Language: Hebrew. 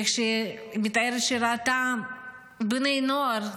היא מתארת שהיא ראתה בני נוער,